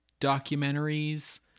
documentaries